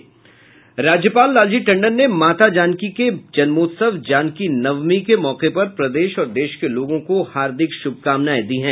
राज्यपाल लालजी टंडन ने माता जानकी के जन्मोत्सव जानकी नवमी के मौके पर प्रदेश और देश के लोगों को हार्दिक शुभकामनाएं दी है